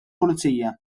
pulizija